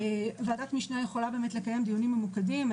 ועדת משנה יכולה לקיין דיונים ממוקדים.